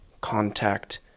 contact